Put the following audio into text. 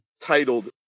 titled